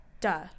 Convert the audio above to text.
Duh